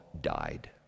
died